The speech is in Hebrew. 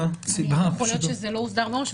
יכול להיות שזה לא הוסדר מראש.